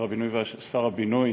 שר הבינוי